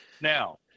Now